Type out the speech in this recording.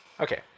Okay